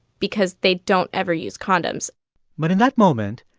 because they don't ever use condoms but in that moment,